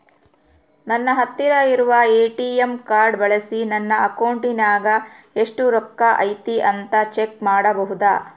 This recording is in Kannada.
ನನ್ನ ಹತ್ತಿರ ಇರುವ ಎ.ಟಿ.ಎಂ ಕಾರ್ಡ್ ಬಳಿಸಿ ನನ್ನ ಅಕೌಂಟಿನಾಗ ಎಷ್ಟು ರೊಕ್ಕ ಐತಿ ಅಂತಾ ಚೆಕ್ ಮಾಡಬಹುದಾ?